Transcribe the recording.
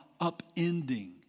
upending